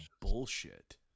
bullshit